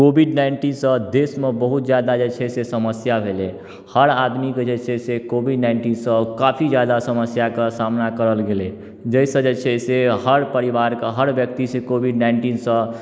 Covid नाइन्टीनसँ देशमे बहुत ज्यादा जे छै से समस्या भेलै हर आदमीके जे छै से कोविड नाइन्टीनसँ काफी ज्यादा समस्याके सामना करल गेलै जाहिसँ जे छै से हर परिवारके हर व्यक्तिसँ कोविड नाइन्टीनसँ